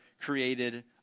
created